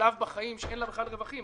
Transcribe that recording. בשלב בחיים שאין לה בכלל רווחים,